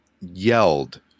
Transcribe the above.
yelled